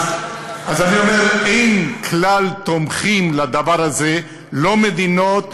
אז אני אומר, אין כלל תומכים לדבר הזה, לא מדינות,